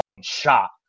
shot